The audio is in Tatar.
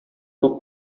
күп